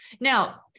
Now